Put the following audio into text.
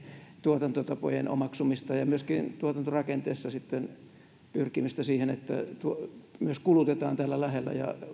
tuotantotapojen omaksumista ja myöskin tuotantorakenteessa pyrkimystä siihen että myös kulutetaan täällä lähellä ja